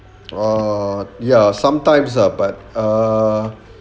err ya sometimes ah but err